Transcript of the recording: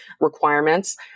requirements